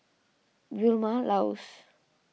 Vilma Laus